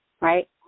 right